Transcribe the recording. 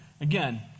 Again